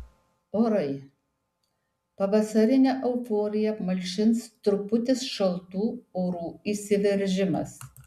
orai pavasarinę euforiją apmalšins trumputis šaltų orų įsiveržimas